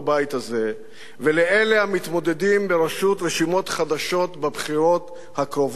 הזה ולאלה המתמודדים בראשות רשימות חדשות בבחירות הקרובות: